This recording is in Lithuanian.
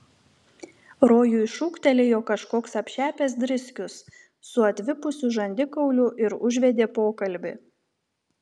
rojui šūktelėjo kažkoks apšepęs driskius su atvipusiu žandikauliu ir užvedė pokalbį